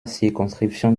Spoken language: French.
circonscription